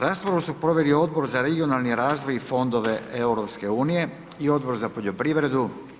Raspravu su proveli Odbor za regionalni razvoj i fondove EU i Odbor za poljoprivredu.